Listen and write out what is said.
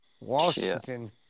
Washington